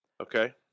Okay